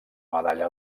medalla